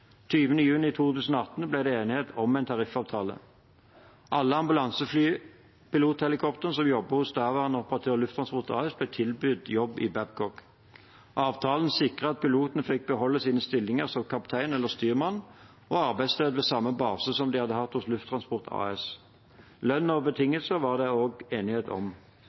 juni 2018 ble det enighet om en tariffavtale. Alle ambulanseflypilotene som jobbet hos daværende operatør Lufttransport AS, ble tilbudt jobb i Babcock. Avtalen sikret at pilotene fikk beholde sine stillinger som kaptein eller styrmann og arbeidssted ved samme base som de hadde hatt hos Lufttransport AS. Lønn og betingelser var det også enighet om.